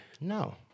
No